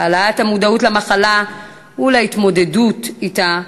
להעלאת המודעות למחלה ולהתמודדות אתה,